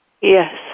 Yes